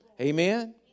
Amen